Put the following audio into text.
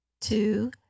two